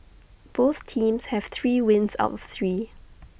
both teams have three wins out of three